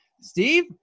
Steve